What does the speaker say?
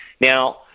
Now